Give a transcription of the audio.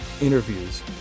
interviews